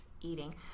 eating